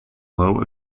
low